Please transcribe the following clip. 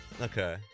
Okay